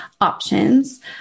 options